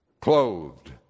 clothed